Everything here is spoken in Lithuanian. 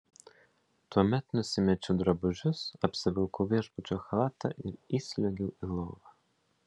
tuomet nusimečiau drabužius apsivilkau viešbučio chalatą ir įsliuogiau į lovą